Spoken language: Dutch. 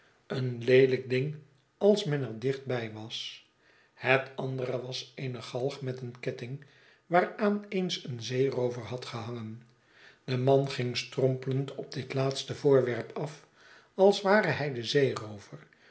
een leelijk ding als men er dicht by was het andere was eene galg met een ketting waaraan eens een zeeroover had gehangen de man ging strompelend op dit laatste voorwerp af als ware hij de zeeroover